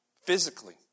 Physically